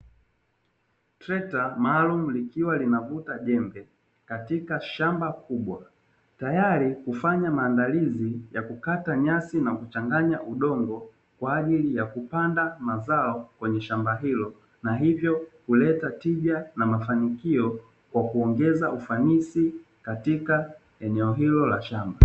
Trekta maalumu likiwa linavuta jembe katika shamba kubwa, tayari kufanya maandalizi ya kukata nyasi na kuchanganya udongo, kwa ajili ya kupanda mazao kwenye shamba hilo na hivyo kuleta tija na mafanikio kwa kuongeza ufanisi katika eneo hilo la shamba.